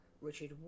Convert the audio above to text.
Richard